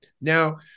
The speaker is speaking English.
Now